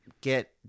get